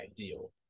ideal